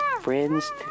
friends